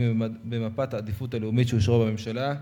במפת העדיפות הלאומית שאושרה בממשלה,